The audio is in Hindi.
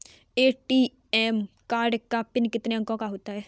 ए.टी.एम कार्ड का पिन कितने अंकों का होता है?